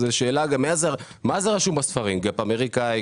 זו גם שאלה מה זה רשום בספרים גייפ אמריקאי,